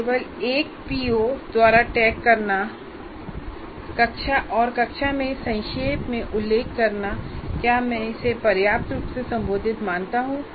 लेकिन केवल एक पीओ द्वारा टैग करना और कक्षा में संक्षेप में उल्लेख करना क्या मैं इसे पर्याप्त रूप से संबोधित मानता हूं